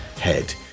head